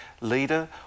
leader